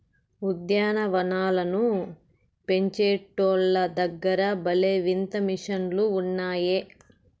ఉద్యాన వనాలను పెంచేటోల్ల దగ్గర భలే వింత మిషన్లు ఉన్నాయే